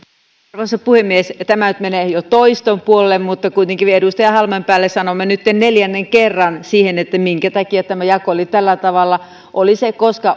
arvoisa puhemies tämä nyt menee jo toiston puolelle mutta kuitenkin edustaja halmeenpäälle sanomme nytten neljännen kerran minkä takia tämä jako oli tällä tavalla siksi että